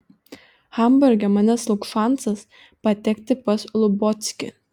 hamburge manęs lauks šansas patekti pas lubockį